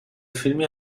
فیلمی